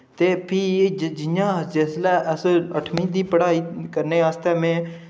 ते फ्ही एह् जि'यां जिसलै अस अठमीं दी पढ़ाई करने आस्तै मैं